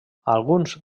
alguns